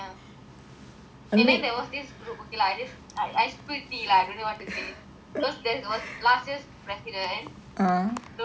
and then there was this group okay lah I just I I spill tea lah I don't know what to say there as last year president don't like sundra